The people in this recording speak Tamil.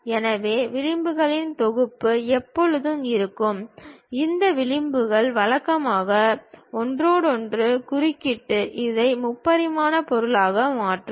எனவே விளிம்புகளின் தொகுப்பு எப்போதும் இருக்கும் இந்த விளிம்புகள் வழக்கமாக ஒன்றோடொன்று குறுக்கிட்டு அதை முப்பரிமாண பொருளாக மாற்றும்